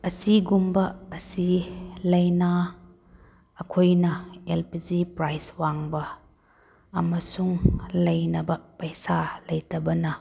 ꯑꯁꯤꯒꯨꯝꯕ ꯑꯁꯤ ꯂꯥꯏꯅꯥ ꯑꯩꯈꯣꯏꯅ ꯑꯦꯜ ꯄꯤ ꯖꯤ ꯄ꯭ꯔꯥꯏꯁ ꯋꯥꯡꯕ ꯑꯃꯁꯨꯡ ꯂꯩꯅꯕ ꯄꯩꯁꯥ ꯂꯩꯇꯕꯅ